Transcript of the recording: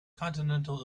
continental